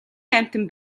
амьтан